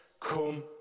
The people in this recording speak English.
come